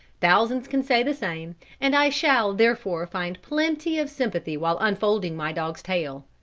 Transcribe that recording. thousands can say the same and i shall therefore find plenty of sympathy while unfolding my dog's tale.